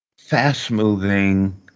fast-moving